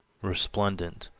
resplendent,